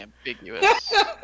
ambiguous